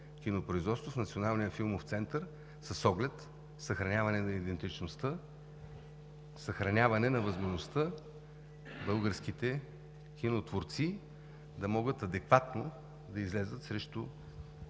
кинопроизводство, в Националния филмов център с оглед съхраняване на идентичността, съхраняване на възможността българските кинотворци да могат адекватно да излязат срещу